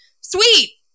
sweet